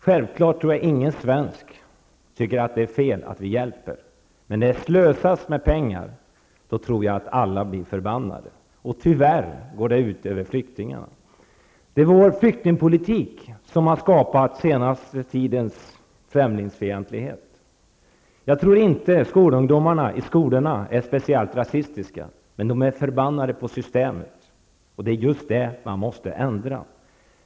Självklart tror jag att ingen svensk tycker att det är fel att vi hjälper flyktingar, men när det slösas med pengar tror jag att alla blir förbannade. Tyvärr går det ut över flyktingarna. Det är vår flyktingpolitik som har skapat den senaste tidens främlingsfientlighet. Jag tror inte att skolungdomarna är speciellt rasistiska, men de är förbannade på systemet, och det är just det man måste ändra.